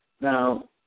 Now